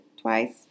twice